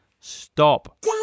Stop